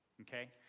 okay